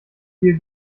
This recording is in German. viel